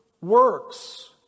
works